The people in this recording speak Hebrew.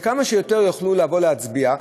שכמה שיותר יוכלו לבוא להצביע,